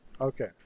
okay